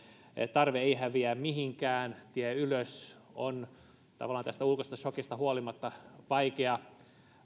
tarve ei häviä mihinkään tie ylös on tavallaan tästä ulkoisesta sokista huolimatta vaikea